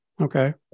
Okay